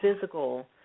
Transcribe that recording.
physical